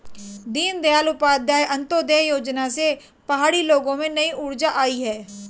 दीनदयाल उपाध्याय अंत्योदय योजना से पहाड़ी लोगों में नई ऊर्जा आई है